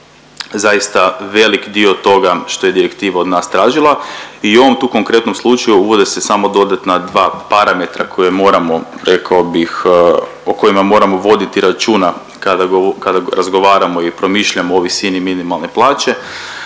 zaista velik dio toga što je direktiva od nas tražila i u ovom tu konkretnom slučaju uvode se samo dodatna dva parametra koja moramo, rekao bih, o kojima moramo voditi računa kada razgovaramo i promišljamo o visini minimalne plaće,